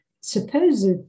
supposed